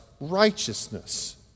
righteousness